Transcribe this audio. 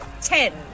Ten